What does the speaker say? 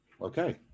okay